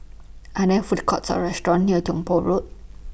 Are There Food Courts Or restaurants near Tong Poh Road